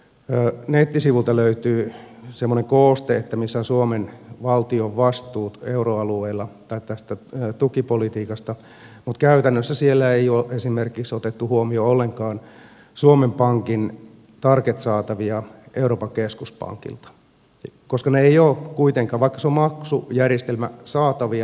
valtiovarainministeriön nettisivuilta löytyy semmoinen kooste kemissä suomen valtion vastuu euroalueella tästä tukipolitiikasta mutta käytännössä siellä ei ole esimerkiksi otettu huomioon ollenkaan suomen pankin target saatavia euroopan keskuspankilta koska ne eivät ole kuitenkaan vaikka se on maksujärjestelmä saatavia